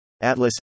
Atlas